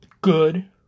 good